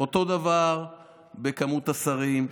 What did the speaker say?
אותו דבר בכמות השרים.